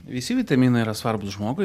visi vitaminai yra svarbūs žmogui